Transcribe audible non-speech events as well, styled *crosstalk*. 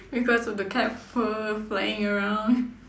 because of the cat fur flying around *laughs*